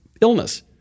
illness